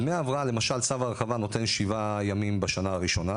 דמי ההבראה למשל צו ההרחבה נותן שבעה ימים בשנה הראשונה